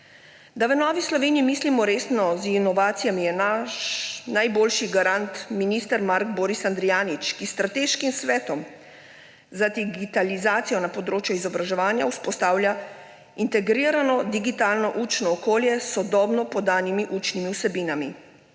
Da v Novi Sloveniji mislimo resno z inovacijami, je naš najboljši garant minister Mark Boris Andrijanič, ki s Strateškim svetom za digitalizacijo na področju izobraževanja vzpostavlja integrirano digitalno učno okolje s sodobno podanimi učnimi vsebinami.